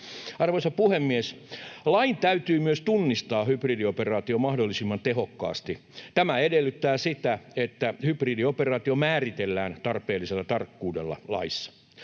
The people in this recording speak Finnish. Arvoisa puhemies! Lain täytyy myös tunnistaa hybridioperaatio mahdollisimman tehokkaasti. Tämä edellyttää sitä, että hybridioperaatio määritellään tarpeellisella tarkkuudella laissa.